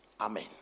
Amen